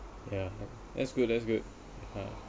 ya that's good that's good uh